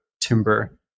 timber